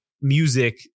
music